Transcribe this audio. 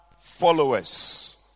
followers